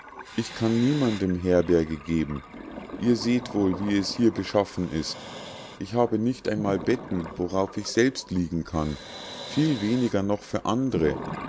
ich kann niemandem herberge geben ihr seht wohl wie es hier beschaffen ist ich habe nicht einmal betten worauf ich selbst liegen kann viel weniger noch für andre